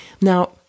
Now